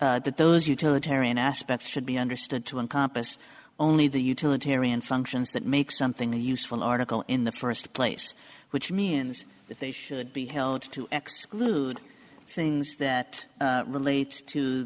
that that those utilitarian aspects should be understood to encompass only the utilitarian functions that make something a useful article in the first place which means that they should be held to exclude things that relate to